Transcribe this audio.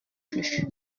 plus